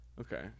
Okay